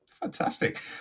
Fantastic